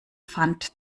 pfand